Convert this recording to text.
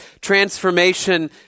transformation